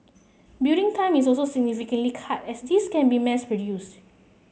building time is also significantly cut as these can be mass produced